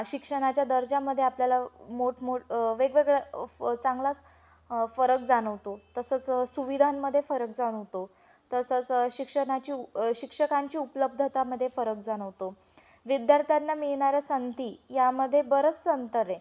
शिक्षणाच्या दर्जामध्ये आपल्याला मोठमोठे वेगवेगळ्या फ चांगलाच फरक जाणवतो तसंच सुविधामध्ये फरक जाणवतो तसंच शिक्षणाची उ शिक्षकांची उपलब्धतामध्ये फरक जाणवतो विद्यार्थ्यांना मिळणाऱ्या संधी यामध्ये बरंच अंतर आहे